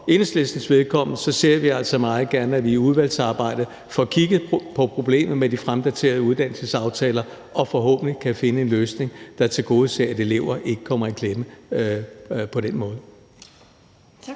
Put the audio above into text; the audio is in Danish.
Enhedslistens vedkommende ser vi altså meget gerne, at vi i udvalgsarbejdet får kigget på problemet med de fremdaterede uddannelsesaftaler og forhåbentlig kan finde en løsning, der tilgodeser, at elever ikke kommer i klemme på den måde.